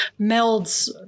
melds